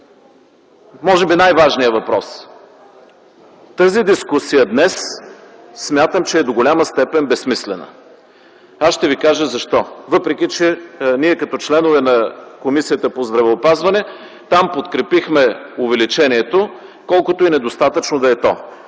може би най-важния въпрос. Тази дискусия днес смятам, че е до голяма степен безсмислена. Аз ще ви кажа защо, въпреки че ние, като членове на Комисията по здравеопазването, подкрепихме увеличението, колкото и недостатъчно да е то.